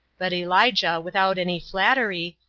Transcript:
but elijah, without any flattery,